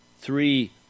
three